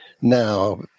now